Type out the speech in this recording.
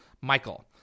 Michael